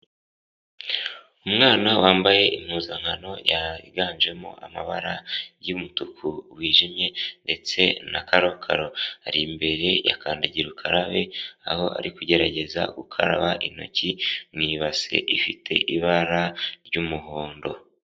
Umwana wambaye impuzankano yiganjemo amabara y'umutuku wijimye ndetse na karokaro, ari imbere ya kandagira ukarabe aho ari kugerageza gukaraba intoki mu ibase ifite ibara ry'umuhondo.